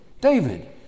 David